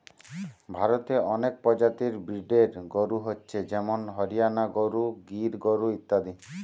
ভারতে অনেক প্রজাতির ব্রিডের গরু হচ্ছে যেমন হরিয়ানা গরু, গির গরু ইত্যাদি